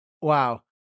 Wow